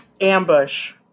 Ambush